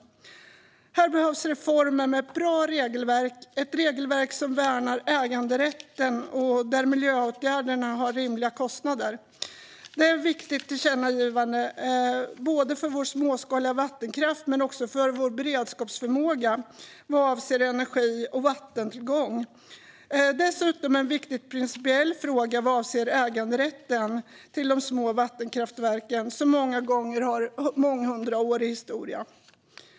Här behövs reformer med ett bra regelverk, ett regelverk som värnar äganderätten och där miljöåtgärderna har rimliga kostnader. Det är ett viktigt tillkännagivande för vår småskaliga vattenkraft men också för vår beredskapsförmåga vad avser energi och vattentillgång. Det är dessutom en viktig principiell fråga vad avser äganderätten till de små vattenkraftverken, som många gånger har en månghundraårig historia.